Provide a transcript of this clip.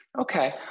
Okay